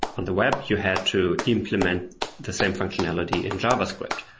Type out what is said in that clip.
on the web, you had to implement the same functionality in javascript.